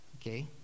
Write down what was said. Okay